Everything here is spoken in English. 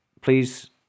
please